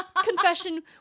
confession